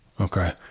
Okay